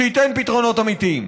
שייתן פתרונות אמיתיים.